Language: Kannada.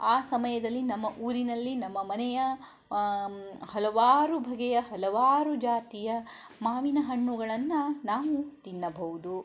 ಆ ಸಮಯದಲ್ಲಿ ನಮ್ಮ ಊರಿನಲ್ಲಿ ನಮ್ಮ ಮನೆಯ ಹಲವಾರು ಬಗೆಯ ಹಲವಾರು ಜಾತಿಯ ಮಾವಿನಹಣ್ಣುಗಳನ್ನು ನಾವು ತಿನ್ನಬಹುದು